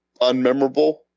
unmemorable